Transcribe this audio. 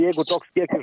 jeigu toks kiekis